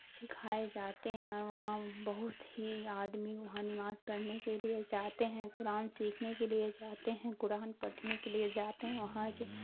سکھائے جاتے ہیں اور وہاں بہت ہی آدمی وہاں نماز پڑھنے کے لیے جاتے ہیں قرآن سیکھنے کے لیے جاتے ہیں قرآن پڑھنے کے لیے جاتے ہیں وہاں کے